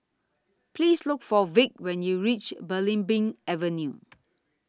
Please Look For Vic when YOU REACH Belimbing Avenue